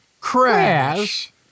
Crash